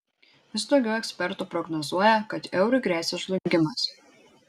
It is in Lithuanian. vis daugiau ekspertų prognozuoja kad eurui gresia žlugimas